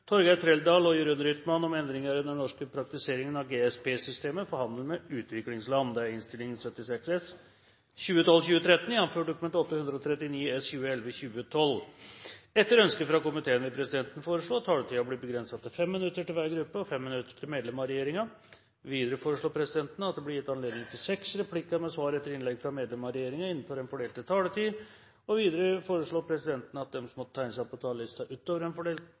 Flere har ikke bedt om ordet til sak nr. 13. Etter ønske fra helse- og omsorgskomiteen vil presidenten foreslå at taletiden blir begrenset til 5 minutter til hver gruppe og 5 minutter til medlem av regjeringen. Videre vil presidenten foreslå at det blir gitt anledning til tre replikker med svar etter innlegg fra medlem av regjeringen innenfor den fordelte taletid. Videre foreslår presidenten at de som måtte tegne seg på talerlisten utover den fordelte taletid, får en